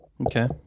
Okay